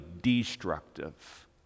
destructive